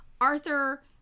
Arthur